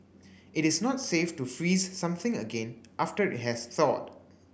it is not safe to freeze something again after it has thawed